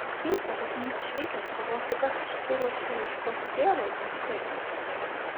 keista kad sūnus išvykęs o vos tik aš išsiruošiu ieškoti tėvo dingsta ir jis